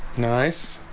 nice